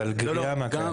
זה על גריעה מהקיים.